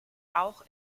auch